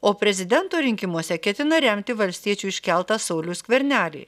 o prezidento rinkimuose ketina remti valstiečių iškeltą saulių skvernelį